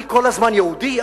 אני כל הזמן יהודי?